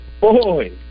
Boy